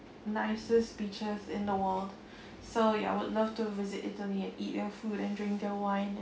nicest beaches in the world so ya I would love to visit italy and eat their food and drink their wine